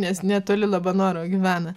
nes netoli labanoro gyvena